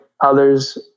others